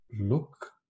look